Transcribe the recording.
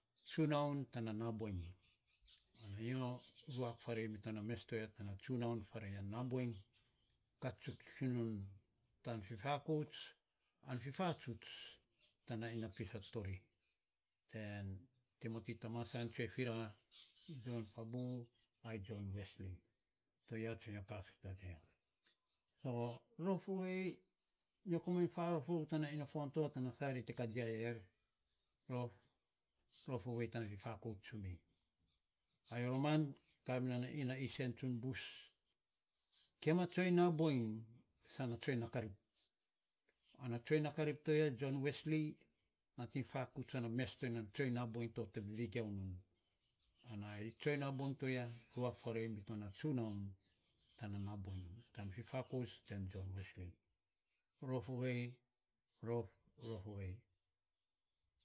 Tsunaun tana nabuan, nyo ruak farei miton na tsunaun tana na nabuan kat fin non kai fifakouts, kai fatsuts tana ina pis a mes, ten timoti tamasan, jon fabu ai jon wesli gareits, to ya sana nyo kafi rou to ya, rof oven nyo komainy tsue farof tsun rou tana ina pis a mes to te kajia buser, rof ovei tan fifakouts tsumi ai roman kami non a isen tsun bus, gima tsiong nabuan sana tsoing nakarip tsun bus, ana tsoing nakarip jon wesli nating fakouts non a tsoing nabuan to te vevegiau non, ana tsoing nabuan to ya ruak farei mi tona tsunaun tana nabuan tan fifakout ten jon wesli, rof, rof ovei.